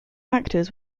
actors